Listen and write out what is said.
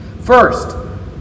First